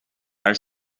are